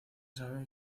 sabe